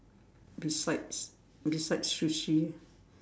besides besides sushi